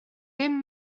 bum